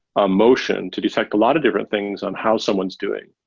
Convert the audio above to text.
um motion to detect a lot of different things on how someone's doing.